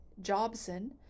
Jobson